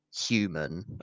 human